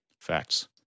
Facts